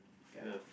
love